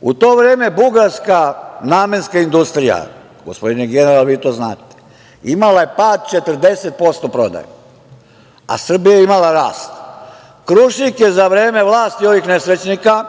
U to vreme Bugarska namenska industrija, gospodine generale, vi to znate, imala je pad 40% prodaje, a Srbija je imala rast. Krušik je za vreme vlasti ovih nesrećnika